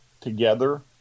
together